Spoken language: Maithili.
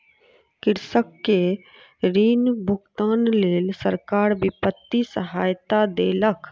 कृषक के ऋण भुगतानक लेल सरकार वित्तीय सहायता देलक